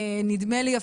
נדמה לי,